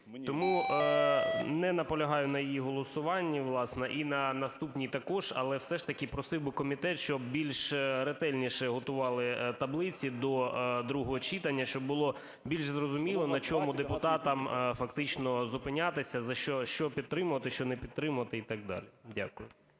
Тому не наполягаю на її голосуванні, власне, і на наступній також. Але все ж таки просив би комітет, щоб більш ретельніше готували таблиці до другого читання, щоб було більш зрозуміло, на чому депутатам фактично зупинятися, що підтримувати, що не підтримувати і так далі. Дякую.